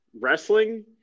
wrestling